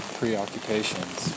preoccupations